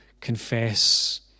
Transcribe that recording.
confess